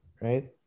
right